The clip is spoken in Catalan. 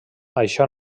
això